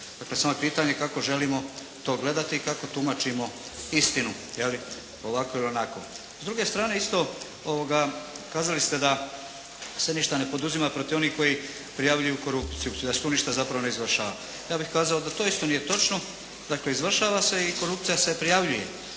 Dakle, samo je pitanje kako želimo to gledati i kako tumačimo istinu, je li, ovako ili onako. S druge strane isto kazali ste da se ništa ne poduzima protiv onih koji prijavljuju korupciju, da se tu ništa zapravo ne izvršava. Ja bih kazao da to isto nije točno. Dakle, izvršava se i korupcija se prijavljuje.